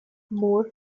moore